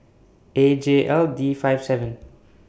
A J L D five seven